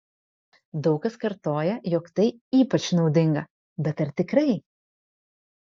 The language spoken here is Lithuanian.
daug kas kartoja jog tai ypač naudinga bet ar tikrai